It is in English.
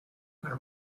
her